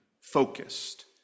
focused